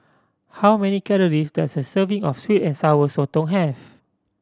how many calories does a serving of sweet and Sour Sotong have